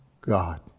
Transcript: God